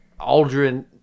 Aldrin